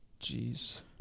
Jeez